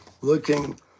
looking